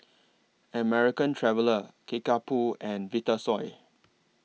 American Traveller Kickapoo and Vitasoy